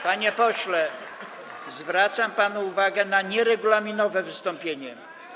Panie pośle, zwracam panu uwagę na nieregulaminowe wystąpienie.